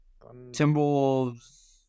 Timberwolves